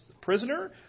prisoner